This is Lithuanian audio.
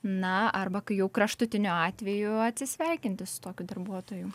na arba kai jau kraštutiniu atveju atsisveikinti su tokiu darbuotoju